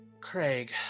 Craig